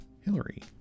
Hillary